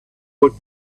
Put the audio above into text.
would